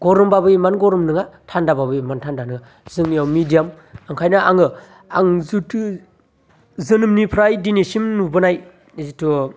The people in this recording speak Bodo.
गरमबाबो इमान गरम नङा थान्दाबाबो इमान थान्दा नङा जोंनियाव मेडियाम ओंखायनो आङो आं जोथो जोनोमनिफ्राय दिनैसिम नुबोनाय जिथु